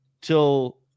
till